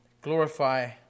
Glorify